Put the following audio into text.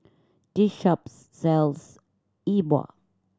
this shop sells E Bua